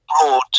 broad